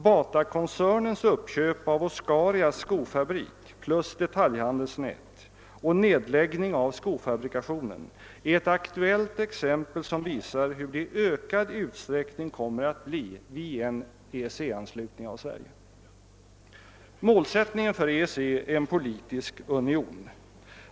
Batakoncernens uppköp av Oscarias fabrik och detaljhandelsnät med därefter följande nedläggning av skofabrikationen är ett aktuellt exempel, som visar hur det i ökad utsträckning kommer att bli vid en svensk EEC-anslutning. Målsättningen för EEC är en politisk union.